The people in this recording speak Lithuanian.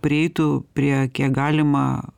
prieitų prie kiek galima